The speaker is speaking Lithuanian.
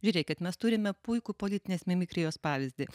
žiūrėkit mes turime puikų politinės mimikrijos pavyzdį